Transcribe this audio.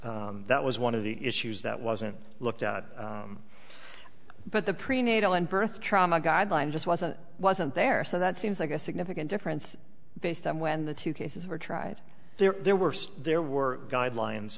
s that was one of the issues that wasn't looked at but the prenatal and birth trauma guideline just wasn't wasn't there so that seems like a significant difference based on when the two cases were tried their worst there were guidelines